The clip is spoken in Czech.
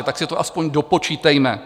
Tak si to aspoň dopočítejme.